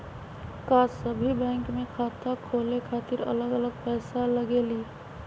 का सभी बैंक में खाता खोले खातीर अलग अलग पैसा लगेलि?